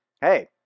hey